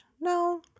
No